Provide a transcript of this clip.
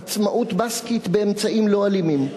עצמאות בסקית באמצעים לא אלימים.